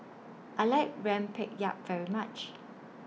I like Rempeyek very much